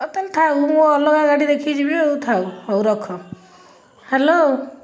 ହେଉ ତା'ହେଲେ ଥାଉ ମୁଁ ଅଲଗା ଗାଡ଼ି ଦେଖିକି ଯିବି ଆଉ ଥାଉ ହେଉ ରଖ ହ୍ୟାଲୋ